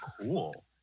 cool